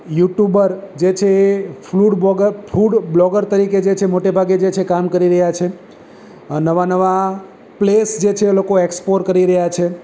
YouTuber જે છે એ food food blog food blogger તરીકે જે છે મોટે ભાગે જે કામ કરી રહ્યા છે નવા નવા પ્લેસ જે છે એ લોકો એક્ક્ષપોર કરી રહ્યા છે